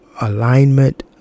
alignment